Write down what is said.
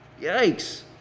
Yikes